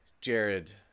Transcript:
Jared